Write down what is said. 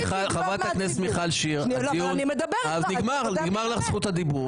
חברת הכנסת מיכל שיר, נגמרה לך זכות הדיבור.